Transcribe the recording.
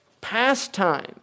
pastime